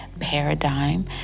paradigm